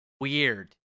weird